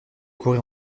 courait